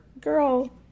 Girl